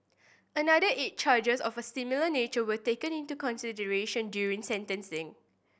another eight charges of a similar nature were taken into consideration during sentencing